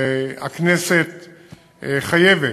הכנסת חייבת,